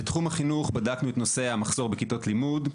בתחום החינוך בדקנו את נושא המחסור בכיתות לימוד,